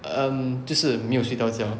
um 就是没有睡到觉